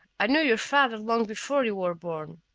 i knew your father long before you were born.